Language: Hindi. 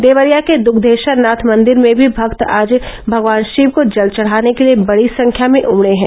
देवरिया के द्येश्वर नाथ मंदिर में भी भक्त आज भगवान शिव को जल चढ़ाने के लिये बड़ी संख्या में उमड़े हैं